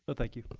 but thank you.